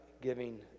giving